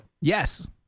Yes